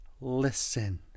listen